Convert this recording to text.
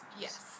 Yes